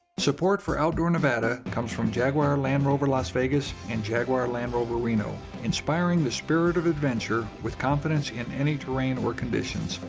support for outdoor nevada comes from jaguar land rover las vegas and jaguar land rover reno, inspiring the spirit of adventure with confidence in any terrain or conditions.